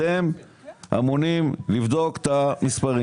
אתם צריכים לבדוק את המספרים